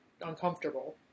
uncomfortable